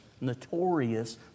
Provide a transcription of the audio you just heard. notorious